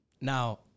Now